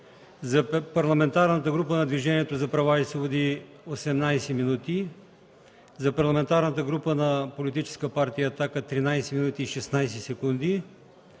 за Парламентарната група на Движението за права и свободи – 18 минути, за Парламентарната група на Политическа партия „Атака” – 13 минути и 16 секунди,